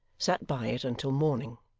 sat by it until morning.